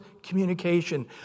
communication